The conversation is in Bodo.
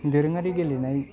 दोरोङारि गेलेनाय